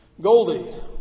Goldie